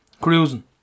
Cruising